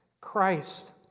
Christ